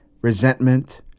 resentment